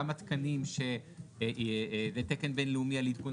גם התקנים שזה תקן בינלאומי על עדכון